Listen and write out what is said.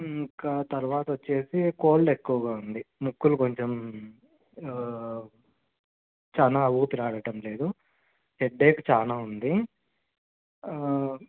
ఇంకా తరువాత వచ్చేసి కోల్డ్ ఎక్కువగా ఉంది ముక్కులు కొంచెం చాలా ఊపిరాడటం లేదు హెడేక్ చాలా ఉంది